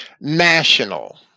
national